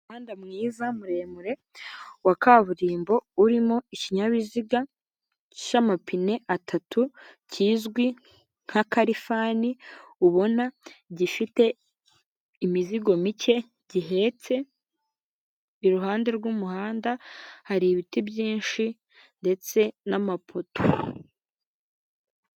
Umuhanda mwiza muremure wa kaburimbo urimo ikinyabiziga cy'amapine atatu kizwi nkaka rifani, ubona gifite imizigo mike gihetse iruhande rw'umuhanda hari ibiti byinshi ndetse n'amapoto.